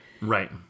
Right